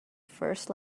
first